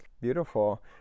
Beautiful